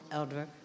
Elder